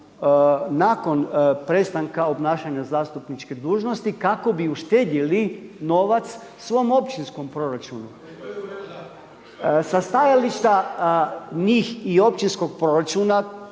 nakon prestanka obnašanja zastupničke dužnosti kako bi uštedjeli novac svom općinskom proračunu. Sa stajališta njih i općinskog proračuna